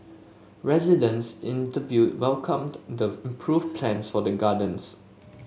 residents interviewed welcomed the improved plans for the gardens